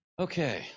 Okay